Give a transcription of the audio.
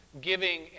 giving